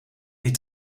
die